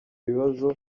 bibazo